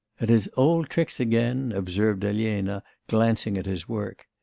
at his old tricks again observed elena, glancing at his work.